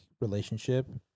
relationship